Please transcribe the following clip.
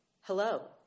hello